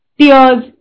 tears